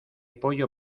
pollo